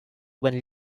when